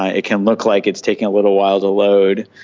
ah it can look like it's taking a little while to load,